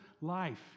life